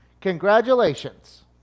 Congratulations